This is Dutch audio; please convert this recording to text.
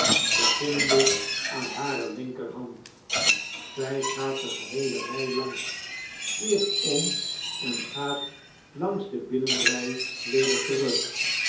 beginnende aan hare linkerhand zij gaat de geheele rij langs keert om en gaat langs de binnenrij weder terug